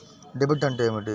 Debit అంటే ఏమిటి?